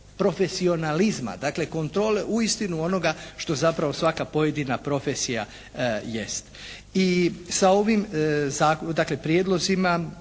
profesionalizma, dakle kontrole uistinu onoga što zapravo svaka pojedina profesija jest. I sa ovim dakle prijedlozima